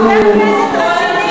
הוא חבר כנסת רציני.